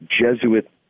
Jesuit